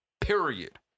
Period